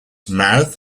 mouth